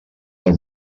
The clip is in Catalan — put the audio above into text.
del